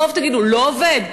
תגידו: לא עובד,